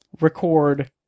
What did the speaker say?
record